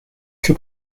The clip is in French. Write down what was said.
que